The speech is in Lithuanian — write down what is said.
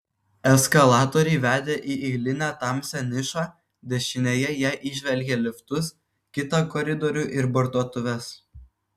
eskalatoriai vedė į eilinę tamsią nišą dešinėje jie įžvelgė liftus kitą koridorių ir parduotuves